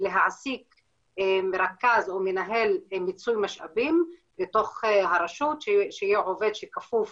להעסיק רכז או מנהל מיצוי משאבים בתוך הרשות שיהיה עובד שכפוף